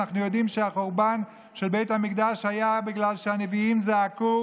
ואנחנו יודעים שהחורבן של בית המקדש היה בגלל שהנביאים זעקו,